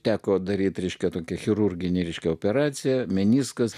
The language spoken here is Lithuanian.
teko daryti reiškia tokie chirurginiai ryškiai operacija meniskas